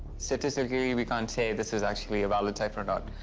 statistically, we and we can't say this is actually a valid cipher note.